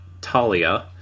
Talia